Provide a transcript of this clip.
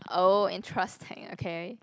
oh interesting okay